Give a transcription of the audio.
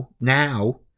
now